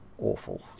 awful